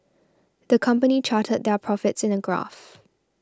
the company charted their profits in a graph